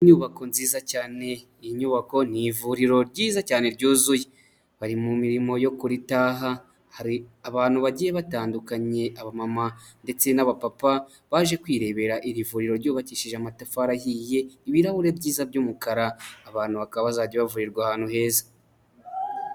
Inyubako nziza cyane, iyi nyubako ni ivuriro ryiza cyane ryuzuye, bari mu mirimo yo kuritaha, hari abantu bagiye batandukanye abamama ndetse n'abapapa baje kwirebera iri vuriro ryubakishije amatafari ahiye, ibirahuri byiza by'umukara, abantu bakaba bazajya bavurirwa ahantu heza.